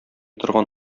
торган